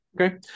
Okay